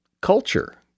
culture